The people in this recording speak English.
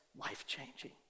life-changing